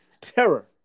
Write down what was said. terror